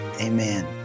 amen